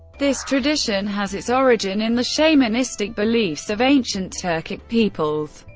this tradition has its origin in the shamanistic beliefs of ancient turkic peoples.